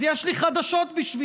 אז יש לי חדשות בשבילכם.